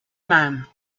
même